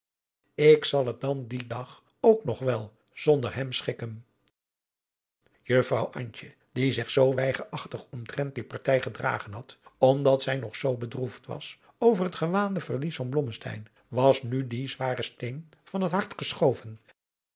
ik zal het dan dien dag ook nog wel zooder hem schikken juffrouw antje die zich zoo weigerachtig omtrent die partij gedragen had omdat zij nog zoo bedroefd was over het gewaande verlies van blomadriaan loosjes pzn het leven van johannes wouter blommesteyn mesteyn was nu die zware steen van het hart